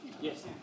Yes